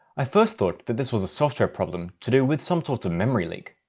i first thought that this was a software problem to do with some sort of memory leak.